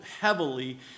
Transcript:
heavily